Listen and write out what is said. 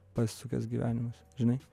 pasisukęs gyvenimas žinai